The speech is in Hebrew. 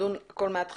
לדון בהכול מהתחלה.